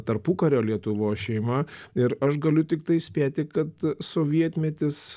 tarpukario lietuvos šeima ir aš galiu tiktai spėti kad sovietmetis